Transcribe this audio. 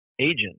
agent